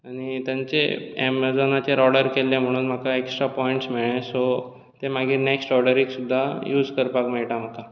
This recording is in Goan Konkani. आनी तांचें एमेझोनाचेर ऑर्डर केल्लें म्हूणन म्हाका एस्क्ट्रा पोयंट्स मेळ्ळे सो ते मागीर नेक्स्ट ऑर्डरीक सुद्दां युझ करपाक मेळटा म्हाका